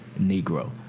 Negro